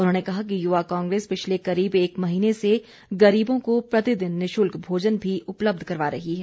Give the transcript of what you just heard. उन्होंने कहा कि युवा कांग्रेस पिछले करीब एक महीने से गरीबों को प्रतिदिन निशुल्क भोजन भी उपलब्ध करवा रही है